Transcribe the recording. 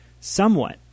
somewhat